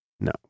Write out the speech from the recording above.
No